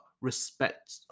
respect